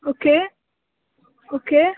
okay okay